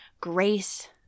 grace